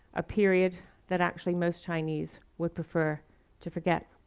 a period that actually most chinese would prefer to forget.